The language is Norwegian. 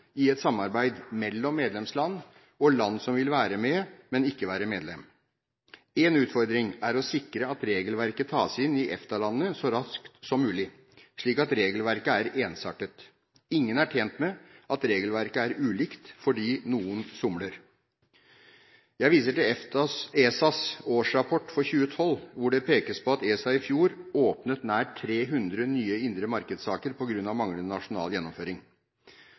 i et samarbeid mellom medlemsland og land som vil være med, men ikke være medlem. Én utfordring er å sikre at regelverket tas inn i EFTA-landene så som raskt som mulig, slik at regelverket er ensartet. Ingen er tjent med at regelverket er ulikt fordi noen somler. Jeg viser til ESAs årsrapport for 2012 hvor det pekes på at ESA i fjor åpnet nær tre hundre nye indre markedssaker på grunn av manglende nasjonal gjennomføring.